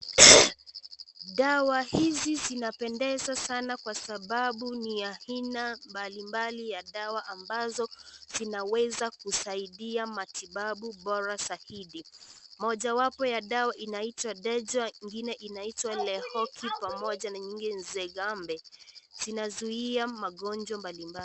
Dawa hizi, zinapendeza sana, kwa sababu ni aina mbalimbali ya dawa ambazo, zinaweza kusaidia matibabu bora zaidi. Mojawapo ya dawa inaitwa ,Detour, ingine inaitwa Lehok pamoja na nyingine Nzegambe. Zinazuia magonjwa mbalimbali.